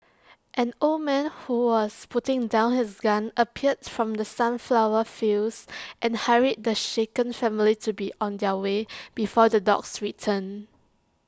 an old man who was putting down his gun appeared from the sunflower fields and hurried the shaken family to be on their way before the dogs return